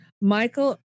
Michael